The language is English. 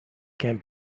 can